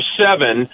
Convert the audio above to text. seven